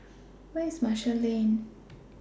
Where IS Marshall Lane